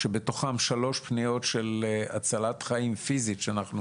כשבתוכן שלוש פניות של הצלת חיים פיזית, כשאנחנו